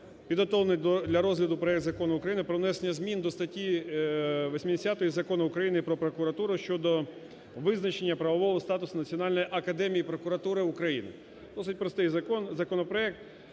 підготовлений для розгляду проект Закону України про внесення змін до статті 80 Закону України "Про прокуратуру" (щодо визначення правового статусу Національної академії прокуратури України). Досить простий законопроект.